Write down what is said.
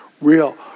real